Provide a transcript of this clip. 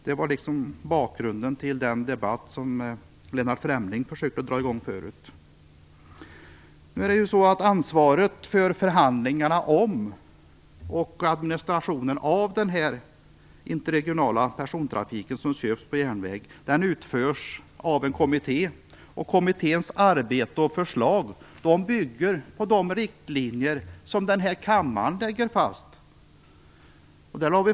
Det var bakgrunden till den debatt som Lennart Fremling tidigare försökte dra i gång. Ansvaret för förhandlingarna om och administrationen av den interregionala persontrafiken som körs på järnväg innehas av en kommitté. Kommitténs arbete och förslag bygger på de riktlinjer som denna kammare lägger fast.